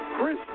Chris